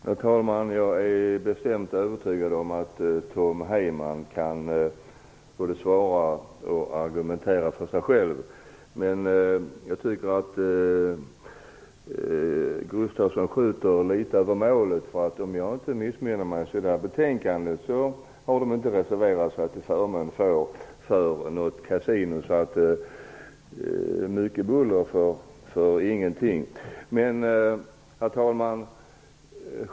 Herr talman! Jag är övertygad om att Tom Heyman kan svara för sig själv. Jag tycker att Åke Gustavsson skjuter över målet. Om jag inte missminner mig finns det inte någon reservation i fråga om kasinon. Mycket buller för ingenting, skulle man kunna säga. Herr talman!